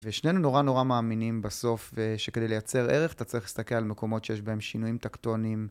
ושנינו נורא נורא מאמינים בסוף שכדי לייצר ערך אתה צריך להסתכל על מקומות שיש בהן שינויים טקטוניים.